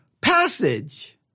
passage